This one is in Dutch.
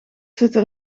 zitten